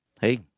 Hey